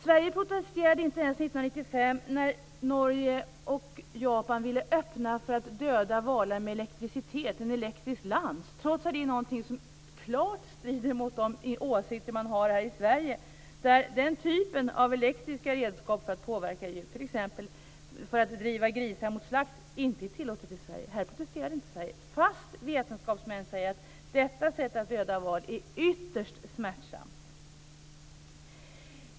Sverige protesterade inte ens 1995 när Norge och Japan ville öppna för att döda valar med elektricitet, med en elektrisk lans, trots att det är någonting som klart strider mot de åsikter som man har här i Sverige. Den typen av elektriska redskap för att påverka djur, t.ex. för att driva grisar mot slakt, är inte tillåtna i Sverige. Här protesterade inte Sverige, trots att vetenskapsmän säger att detta sätt att döda val är ytterst smärtsamt.